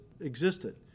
existed